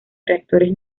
reactores